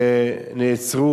נעצרו.